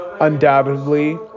Undoubtedly